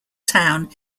town